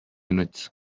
units